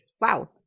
Wow